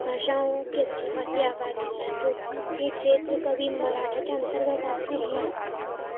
भाषाओं के अच्छी खासी आबादी है क्योंकि यह क्षेत्र का कभी मराठा के अंतर्गत आते हैं